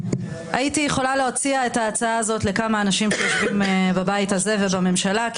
הייתי יכולה להציע את ההצעה הזאת לכמה אנשים שיושבים בבית הזה ובממשלה,